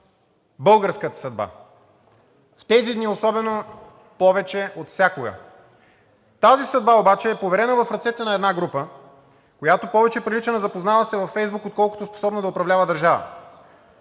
българската съдба, в тези дни особено повече от всякога. Тази съдба обаче е поверена в ръцете на една група, която повече прилича на запознала се във Фейсбук, отколкото способна да управлява държава.